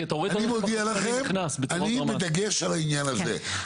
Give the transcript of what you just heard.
אתה רואה --- אני בדגש על העניין הזה.